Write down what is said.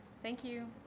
thank you.